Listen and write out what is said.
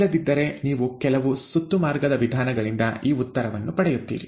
ಇಲ್ಲದಿದ್ದರೆ ನೀವು ಕೆಲವು ಸುತ್ತುಮಾರ್ಗದ ವಿಧಾನಗಳಿಂದ ಆ ಉತ್ತರವನ್ನು ಪಡೆಯುತ್ತೀರಿ